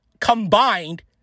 combined